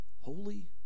holy